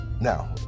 now